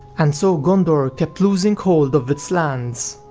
and so gondor ah kept losing hold of its lands.